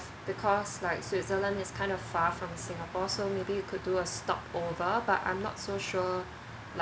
because night switzerland is kind of far from singapore so maybe you could do a stop over but I'm not so sure